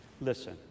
Listen